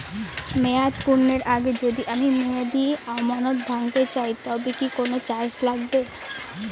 মেয়াদ পূর্ণের আগে যদি আমি মেয়াদি আমানত ভাঙাতে চাই তবে কি কোন চার্জ লাগবে?